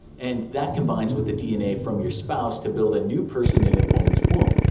and that combines with the dna from your spouse to build a new person in a woman's womb.